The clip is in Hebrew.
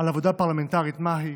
עבודה פרלמנטרית מהי,